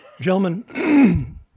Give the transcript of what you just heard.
Gentlemen